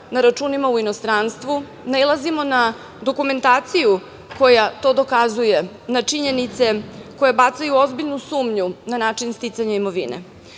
na računima u inostranstvu, nailazimo na dokumentaciju koja to dokazuje, na činjenice koje bacaju ozbiljnu sumnju na način sticanja imovine.